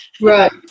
right